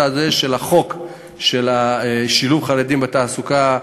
הזה של החוק לשילוב חרדים בתעסוקה.